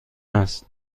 هستند